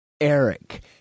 Eric